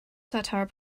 satire